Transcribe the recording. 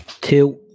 Two